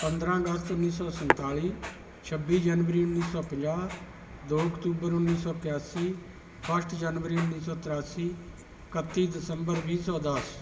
ਪੰਦਰਾਂ ਅਗਸਤ ਉੱਨੀ ਸੌ ਸੰਤਾਲੀ ਛੱਬੀ ਜਨਵਰੀ ਉੱਨੀ ਸੌ ਪੰਜਾਹ ਦੋ ਅਕਤੂਬਰ ਉੱਨੀ ਸੌ ਇਕਾਸੀ ਫਸਟ ਜਨਵਰੀ ਉਨੀ ਸੌ ਤ੍ਰਿਆਸੀ ਇਕੱਤੀ ਦਸੰਬਰ ਵੀਹ ਸੌ ਦਸ